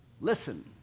listen